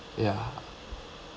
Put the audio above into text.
ya